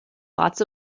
lots